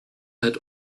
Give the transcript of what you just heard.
halt